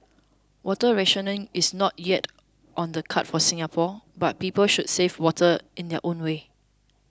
water rationing is not yet on the cards for Singapore but people should save water in their own ways